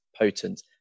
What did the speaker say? potent